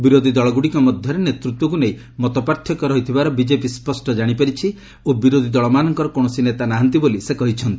ବିରୋଧୀ ଦଳଗୁଡ଼ିକ ମଧ୍ୟରେ ନେତୃତ୍ୱକୁ ନେଇ ମତପାର୍ଥକ୍ୟ ରହିଥିବାର ବିଜେପି ସ୍ୱଷ୍ଟ ଜାଶିପାରିଛି ଓ ବିରୋଧୀ ଦଳମାନଙ୍କର କୌଣସି ନେତା ନାହାନ୍ତି ବୋଲି ସେ କହିଛନ୍ତି